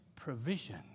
provision